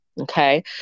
okay